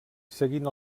seguint